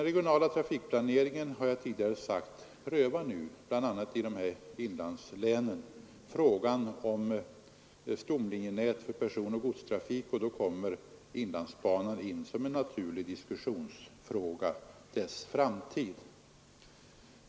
Jag har tidigare sagt att den regionala trafikplaneringen, bl.a. när det gäller dessa inlandslän, nu prövar frågan om ett stomlinjenät för personoch godstrafik, och då kommer inlandsbanans framtid in som en naturlig diskussionsfråga.